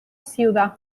ciudad